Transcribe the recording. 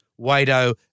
Wado